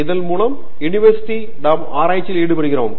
இதன் மூலம் யூனிவர்சிட்டிகளில் நாம் ஆராய்ச்சி ஈடுபடுகிறோம்